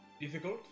Difficult